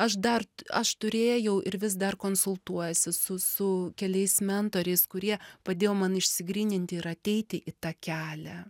aš dar aš turėjau ir vis dar konsultuojuosi su su keliais mentoriais kurie padėjo man išsigryninti ir ateiti į tą kelią